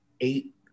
eight